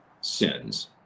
sins